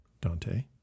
Dante